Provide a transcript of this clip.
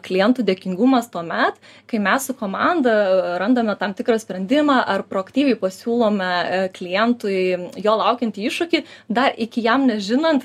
klientų dėkingumas tuomet kai mes su komanda randame tam tikrą sprendimą ar proaktyviai pasiūlome klientui jo laukiantį iššūkį dar iki jam nežinant